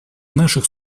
наших